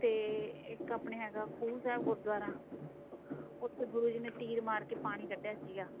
ਅਤੇ ਇੱਕ ਆਪਣੇ ਹੈਗਾ ਖੂਹ ਸਾਹਿਬ ਗੁਰਦੁਆਰਾ ਉੱਥੇ ਗੁਰੂ ਜੀ ਨੇ ਤੀਰ ਮਾਰ ਕੇ ਪਾਣੀ ਕੱਢਿਆ ਸੀਗਾ